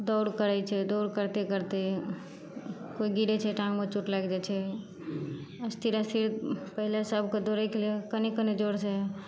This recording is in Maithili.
दौड़ करै छै दौड़ करिते करिते कोइ गिरै छै टाङ्गमे चोट लागि जाइ छै स्थिरे स्थिर पहिले सभकेँ दौड़ैके लिए कनि कनि जोरसे